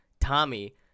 Tommy